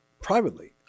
privately